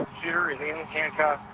shooter is in handcuffs,